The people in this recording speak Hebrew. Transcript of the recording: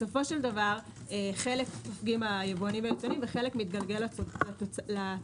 בסופו של דבר חלק סופגים היבואנים והיצואנים וחלק מתגלגל לצרכן.